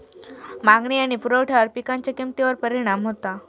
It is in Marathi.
मागणी आणि पुरवठ्यावर पिकांच्या किमतीवर परिणाम होता